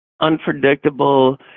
unpredictable